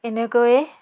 এনেকৈয়ে